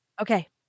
Okay